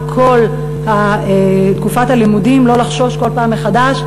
כל תקופת הלימודים הם לא צריכים לחשוש כל פעם מחדש,